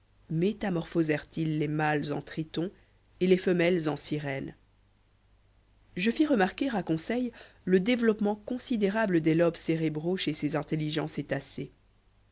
métamorphosèrent ils les mâles en tritons et les femelles en sirènes je fis remarquer à conseil le développement considérable des lobes cérébraux chez ces intelligents